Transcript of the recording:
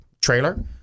trailer